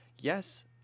Yes